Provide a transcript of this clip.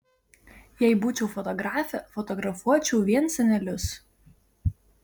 jei būčiau fotografė fotografuočiau vien senelius